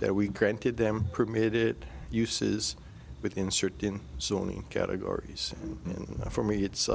that we created them permit it uses within certain sony categories and for me it's